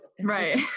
Right